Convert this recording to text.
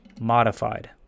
modified